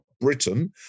Britain